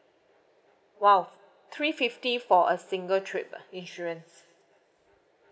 !wow! three fifty for a single trip ah insurance